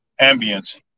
ambience